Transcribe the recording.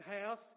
house